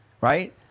Right